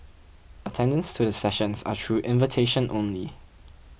attendance to the sessions are through invitation only